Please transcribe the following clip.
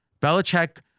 Belichick